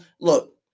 look